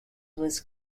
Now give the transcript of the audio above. was